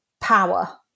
power